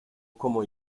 como